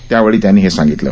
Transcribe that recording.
त्यावेळी त्यांनी सांगितलं